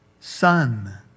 son